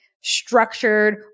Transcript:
structured